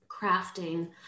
crafting